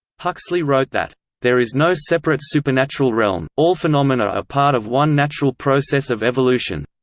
huxley wrote that there is no separate supernatural realm all phenomena are part of one natural process of evolution.